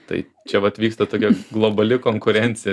tai čia vat vyksta tokia globali konkurencija